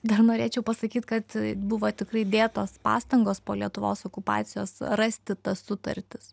dar norėčiau pasakyt kad buvo tikrai dėtos pastangos po lietuvos okupacijos rasti tas sutartis